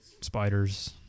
spiders